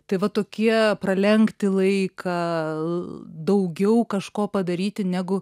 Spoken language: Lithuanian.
tai va tokie pralenkti laiką daugiau kažko padaryti negu